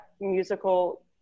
musical